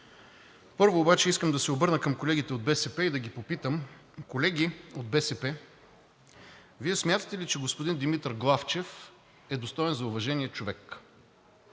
Първо обаче искам да се обърна към колегите от БСП и да ги попитам: Колеги от БСП, Вие смятате ли, че господин Димитър Главчев е достоен за уважение човек?